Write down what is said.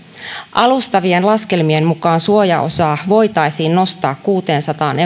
alustavien laskelmien mukaan suojaosaa voitaisiin nostaa kuuteensataan